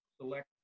select